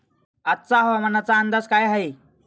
आजचा हवामानाचा अंदाज काय आहे?